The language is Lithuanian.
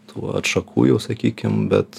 tų atšakų jau sakykim bet